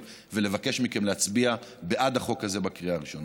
ולבקש מכם להצביע בעד החוק הזה בקריאה הראשונה.